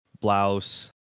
blouse